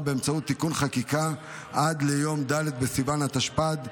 באמצעות תיקון חקיקה עד ליום ד' בסיוון התשפ"ד,